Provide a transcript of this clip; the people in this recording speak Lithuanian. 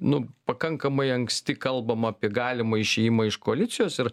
nu pakankamai anksti kalbama apie galimą išėjimą iš koalicijos ir